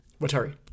Watari